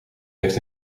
heeft